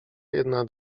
jedna